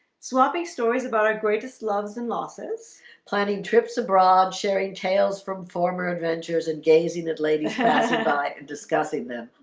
swapping stories about our greatest loves and losses planning trips abroad sharing tales from former adventures and gazing at ladies by discussing them